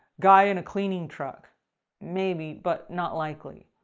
guy in a cleaning truck maybe, but not likely.